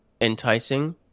enticing